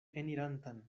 enirantan